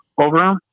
over